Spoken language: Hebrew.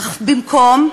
אך במקום,